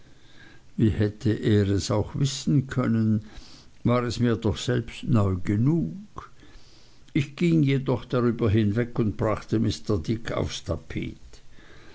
wie hätte er es auch wissen können war es mir doch selbst neu genug ich ging jedoch darüber hinweg und brachte mr dick aufs tapet